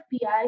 PI